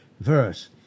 verse